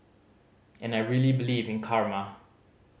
and I really believe in karma